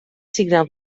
signar